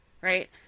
Right